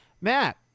matt